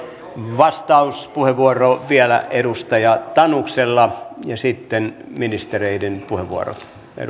vastauspuheenvuoro vielä edustaja tanuksella ja sitten ministereiden puheenvuorot